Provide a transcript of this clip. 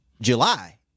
July